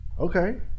Okay